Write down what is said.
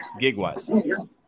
GigWise